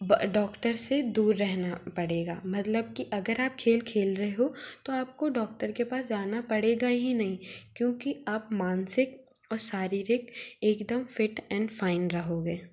doctor से दूर रहेना पड़ेगा मतलब कि अगर आप खेल खेल रहे हो तो आपको डॉक्टर के पास जाना पड़ेगा ही नही क्योंकि आप मानसिक और शारीरिक एकदम फिट एन फाइन रहोगे